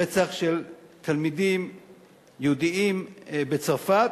רצח של תלמידים יהודים בצרפת,